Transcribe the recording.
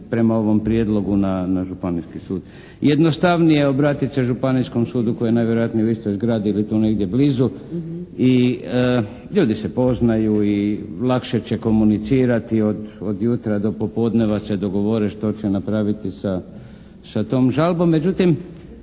prema ovom prijedlogu na županijski sud. Jednostavnije je obratit se županijskom sudu koji je najvjerojatnije u istoj zgradi ili tu negdje blizu i ljudi se poznaju i lakše će komunicirati, od jutra do popodneva se dogovore što će napraviti sa tom žalbom.